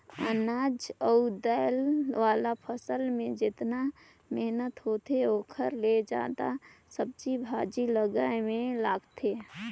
अनाज अउ दायल वाला फसल मे जेतना मेहनत होथे ओखर ले जादा सब्जी भाजी लगाए मे लागथे